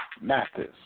Mathis